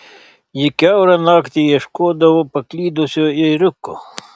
ji kiaurą naktį ieškodavo paklydusio ėriuko